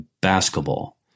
basketball